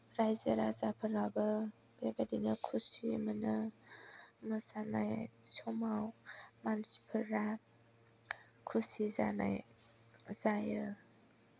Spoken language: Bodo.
राइजो राजाफोराबो बेबादिनो खुसि मोनो मोसानाय समाव मानसिफोरा खुसि जानाय जायो